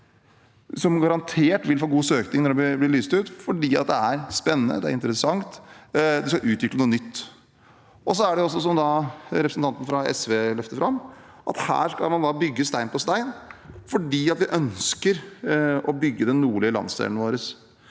som garantert vil få god søkning når de blir lyst ut, fordi det er spennende og interessant og man skal utvikle noe nytt. Som representanten fra SV løftet fram, er det også slik at man her skal bygge stein på stein, fordi vi ønsker å bygge den nordlige landsdelen vår.